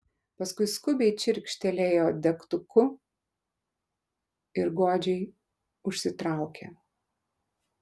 paskui skubiai čirkštelėjo degtuku ir godžiai užsitraukė